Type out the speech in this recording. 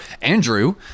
Andrew